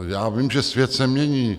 Já vím, že svět se mění.